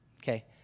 okay